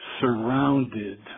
surrounded